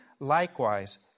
Likewise